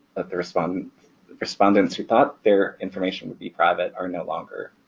that the respondents respondents who thought their information would be private are no longer